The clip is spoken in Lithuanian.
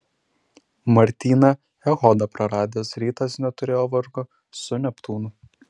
martyną echodą praradęs rytas neturėjo vargo su neptūnu